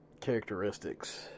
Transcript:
characteristics